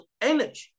energy